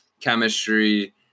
chemistry